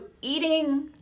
eating